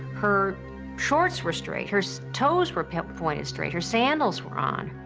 her shorts were straight. her so toes were pointed straight. her sandals were on.